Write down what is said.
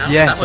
Yes